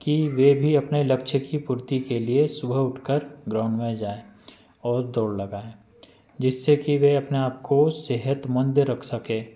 कि वे भी अपने लक्ष्य की पूर्ति के लिए सुबह उठकर ग्राउंड में जाएँ और दौड़ लगाएँ जिससे कि वे अपने आप को सेहतमंद रख सकें